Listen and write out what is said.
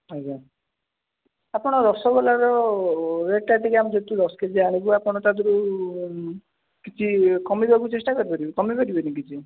ଆଜ୍ଞା ଆପଣ ରସଗୋଲାର ରେଟ୍ଟା ଟିକିଏ ଆମେ ଯେହେତୁ ଦଶ କେ ଜି ଆଣିବୁ ଆପଣ ତାଦେହରୁ କିଛି କମାଇବାକୁ ଚେଷ୍ଟା କରିପାରିବେ କମାଇପାରିବେନି କିଛି